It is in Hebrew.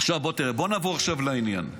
בוא נעבור עכשיו לעניין.